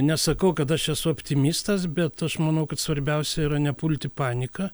nesakau kad aš esu optimistas bet aš manau kad svarbiausia yra nepult į paniką